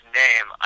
name